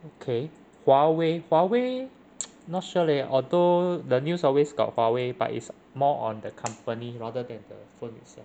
okay Huawei Huawei not sure leh although the news always got Huawei but it's more on the company rather than the phone itself